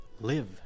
live